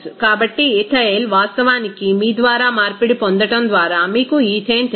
కాబట్టి ఇథైల్ వాస్తవానికి మీ ద్వారా మార్పిడి పొందడం ద్వారా మీకు ఈథేన్ తెలుసు